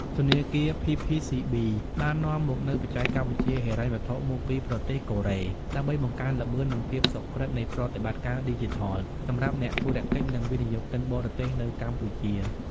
ធនាគារ ភីភីស៊ីប៊ី (PPCB) បាននាំមកនូវបច្ចេកវិទ្យាហិរញ្ញវត្ថុមកពីប្រទេសកូរ៉េ ដើម្បីបង្កើនល្បឿន និងភាពសុក្រឹតនៃប្រតិបត្តិការឌីជីថលសម្រាប់អ្នកធុរកិច្ច និងវិនិយោគិនបរទេសនៅកម្ពុជា។